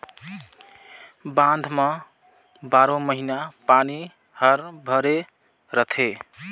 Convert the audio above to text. बांध म बारो महिना पानी हर भरे रथे